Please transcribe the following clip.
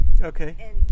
Okay